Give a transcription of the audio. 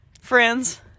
friends